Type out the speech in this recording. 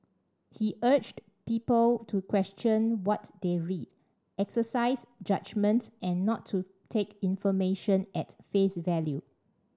he urged people to question what they read exercise judgement and not to take information at face value